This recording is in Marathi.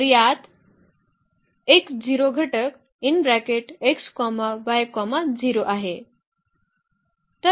तर यात एक 0 घटक x y 0 आहे